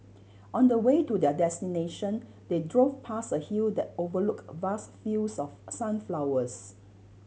on the way to their destination they drove past a hill that overlooked vast fields of sunflowers